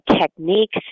techniques